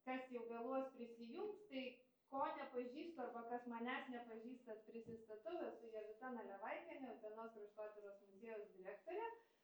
kas jau vėluos prisijungs tai ko nepažįstu arba kas manęs nepažįstat prisistatau esu jovita nalivaikienė utenos kraštotyros muziejaus direktorė